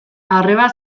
arreba